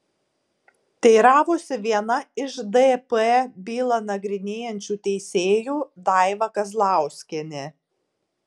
teiravosi viena iš dp bylą nagrinėjančių teisėjų daiva kazlauskienė